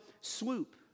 swoop